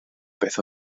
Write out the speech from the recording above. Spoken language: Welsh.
beth